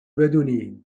بدونین